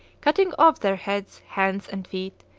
cutting off their heads, hands, and feet,